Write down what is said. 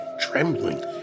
trembling